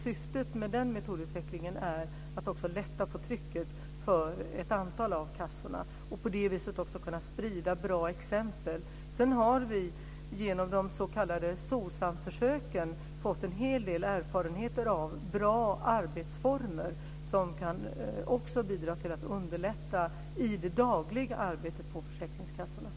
Syftet med den metodutvecklingen är att också lätta på trycket för ett antal av kassorna och på det viset kunna sprida bra exempel. Dessutom har vi genom de s.k. SOCSAM försöken fått en hel del erfarenhet av bra arbetsformer som också kan bidra till att underlätta i det dagliga arbetet på försäkringskassorna.